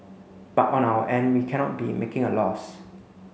but on our end we cannot be making a loss